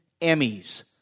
Emmys